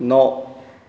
न'